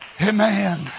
Amen